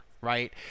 right